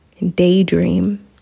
daydream